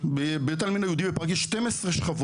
בבית העלמין היהודי בפראג יש 12 שכבות.